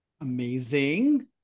Amazing